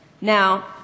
Now